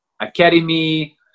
academy